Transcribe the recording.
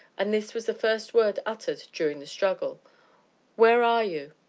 and this was the first word uttered during the struggle where are you?